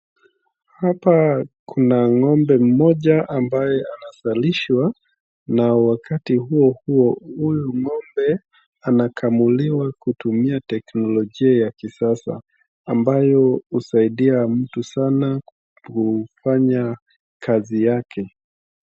Hapa kuna ng'ombe mmoja ambaye anazalishwa na wakati huohuo huyu ng'ombe anakamuliwa kutumia teknolojia ya kisasa ambayo husaidia mtu sana kufanya kazi yake.